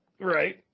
right